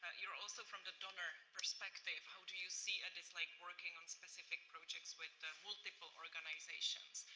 you are also from the donor perspective, how do you see it is like working on specific projects with multiple organizations?